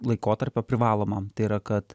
laikotarpio privalomam tai yra kad